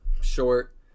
short